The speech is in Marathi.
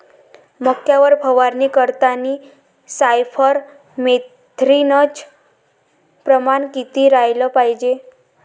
मक्यावर फवारनी करतांनी सायफर मेथ्रीनचं प्रमान किती रायलं पायजे?